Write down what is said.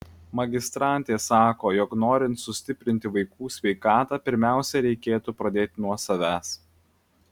magistrantė sako jog norint sustiprinti vaikų sveikatą pirmiausia reikėtų pradėti nuo savęs